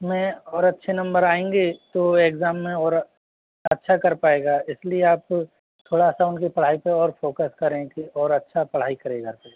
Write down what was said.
उसमें और अच्छे नंबर आएँगे तो एग्जाम में और अच्छा कर पाएगा इसलिए आप थोड़ा सा उनके पढ़ाई पर और फोकस करें कि थोड़ा और अच्छा पढ़ाई करेगा फिर